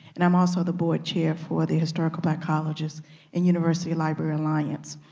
and i'm also the board chair for the historical black colleges and universities library alliance.